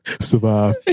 survive